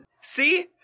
See